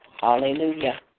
Hallelujah